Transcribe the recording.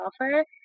offer